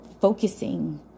Focusing